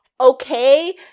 okay